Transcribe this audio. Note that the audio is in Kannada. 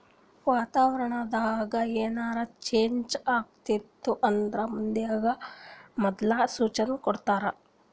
ವಾತಾವರಣ್ ದಾಗ್ ಏನರೆ ಚೇಂಜ್ ಆಗ್ಲತಿತ್ತು ಅಂದ್ರ ಮಂದಿಗ್ ಮೊದ್ಲೇ ಸೂಚನೆ ಕೊಡ್ತಾರ್